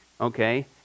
Okay